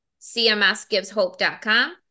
cmsgiveshope.com